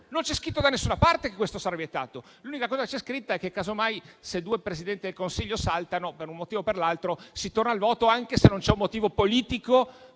Non c'è scritto da nessuna parte che questo sarà vietato. L'unica cosa che c'è scritta è che casomai, se due Presidenti del Consiglio saltano, per un motivo o per l'altro, si torna al voto, anche se non c'è un motivo politico